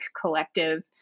collective